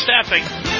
Staffing